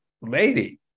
lady